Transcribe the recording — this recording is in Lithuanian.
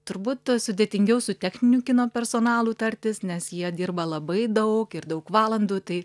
turbūt sudėtingiau su techniniu kino personalu tartis nes jie dirba labai daug ir daug valandų tai